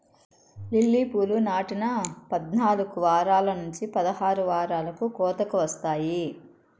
lily పూలు నాటిన పద్నాలుకు వారాల నుంచి పదహారు వారాలకు కోతకు వస్తాయి